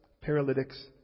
paralytics